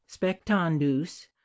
spectandus